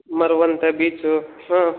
Maravanthe beach ಹ್ಞೂ